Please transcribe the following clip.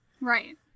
Right